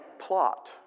plot